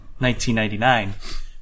1999